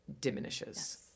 diminishes